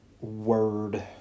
word